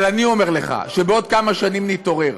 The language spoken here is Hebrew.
אבל אני אומר לך שבעוד כמה שנים נתעורר,